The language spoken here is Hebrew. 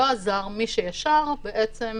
זה לא עזר, מי שישר בעצם